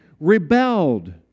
rebelled